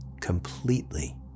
completely